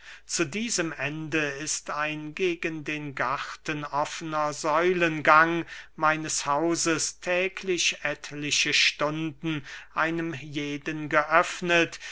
zu diesem ende ist ein gegen den garten offener säulengang meines hauses täglich einige stunden einem jeden geöffnet